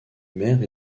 maire